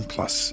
Plus